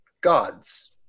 gods